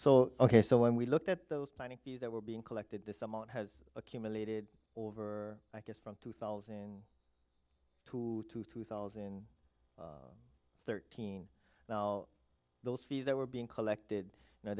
so ok so when we looked at those planning these that were being collected this amount has accumulated over i guess from two thousand two to two thousand and thirteen now those fees that were being collected now